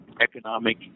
economic